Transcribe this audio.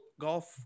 golf